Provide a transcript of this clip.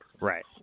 right